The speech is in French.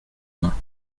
main